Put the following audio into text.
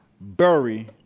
bury